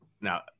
now